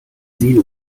sie